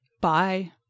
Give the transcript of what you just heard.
Bye